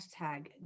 Hashtag